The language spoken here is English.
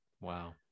Wow